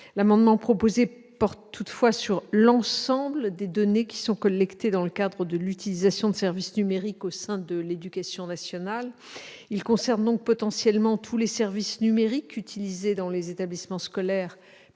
L'amendement proposé porte sur l'ensemble des données collectées dans le cadre de l'utilisation de services numériques au sein de l'éducation nationale. Il concerne donc potentiellement tous les services numériques utilisés dans les établissements scolaires